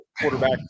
quarterback